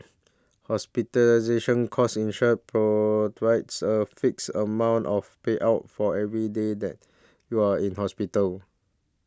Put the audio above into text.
hospital provides a fixed amount of payout for every day that you are in hospital